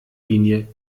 linie